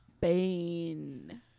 bane